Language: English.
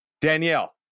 danielle